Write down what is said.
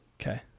Okay